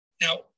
now